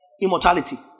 Immortality